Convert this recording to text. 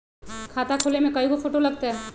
खाता खोले में कइगो फ़ोटो लगतै?